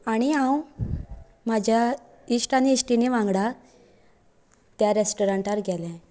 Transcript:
आनी हांव म्हाज्या इश्ट आनी इश्टीणी वांगडा त्या रॅस्टोरंटार गेले